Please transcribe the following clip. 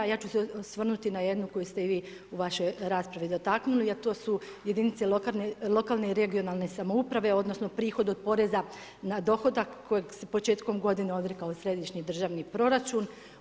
Ja ću se osvrnuti na jednu koju ste i vi u vašoj raspravi dotaknuli a to su jedinice lokalne i regionalne samouprave odnosno prihod od poreza na dohodak kojeg s početkom godine se ... središnji državni proračun.